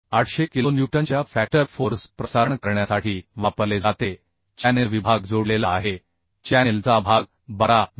800 किलोन्यूटनच्या factor force प्रसारण करण्यासाठी वापरले जाते चॅनेल विभाग जोडलेला आहे चॅनेल चा भाग 12 मि